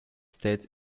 states